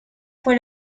fue